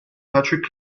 patrick